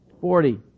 Forty